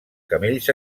camells